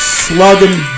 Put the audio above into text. slugging